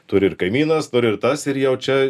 turi ir kaimynas dar ir tas ir jau čia